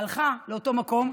הלכה לאותו מקום,